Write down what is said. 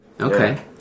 Okay